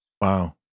Wow